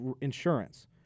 insurance